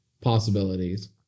possibilities